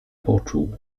poczuł